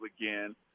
again